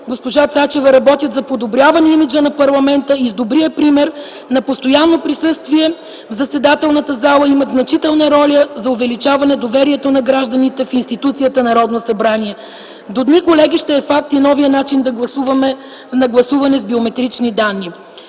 госпожа Цачева работят за подобряване имиджа на парламента и с добрия пример на постоянно присъствие в заседателната зала имат значителна роля за увеличаване доверието на гражданите в институцията Народно събрание. До дни, колеги, ще е факт и новият начин на гласуване с биометрични данни.